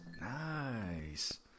Nice